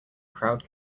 crowd